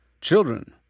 Children